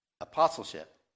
apostleship